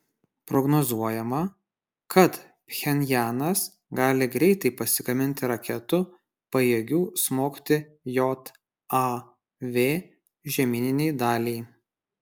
prognozuojama kad pchenjanas gali greitai pasigaminti raketų pajėgių smogti jav žemyninei daliai